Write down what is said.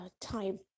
time